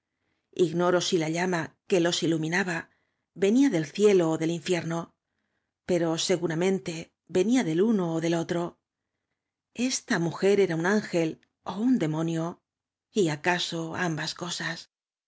ignoro si la llama qne los iluminaba veoía del cielo ó de ínflerno pero segurameoto venía del uno ó del otro esta mujer era un ángel ó un demonio y acaso amba cosas